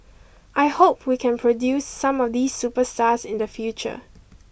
I hope we can produce some of these superstars in the future